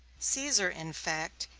caesar, in fact,